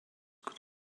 could